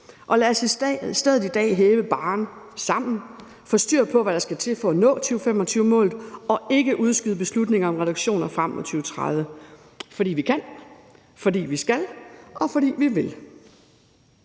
stedet i dag hæve barren sammen, få styr på, hvad der skal til for at nå 2025-målet, og ikke udskyde beslutningerne om reduktioner frem mod 2030 – fordi vi kan, fordi vi skal, og fordi vi vil.